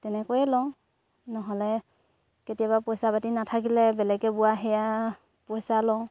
তেনেকৈয়ে লওঁ নহ'লে কেতিয়াবা পইচা পাতি নাথাকিলে বেলেগে বোৱা সেয়া পইচা লওঁ